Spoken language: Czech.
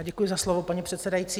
Děkuji za slovo, paní předsedající.